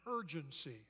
urgency